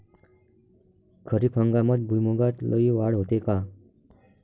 खरीप हंगामात भुईमूगात लई वाढ होते का?